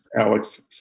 Alex